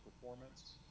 performance